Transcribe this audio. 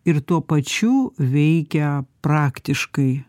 ir tuo pačiu veikia praktiškai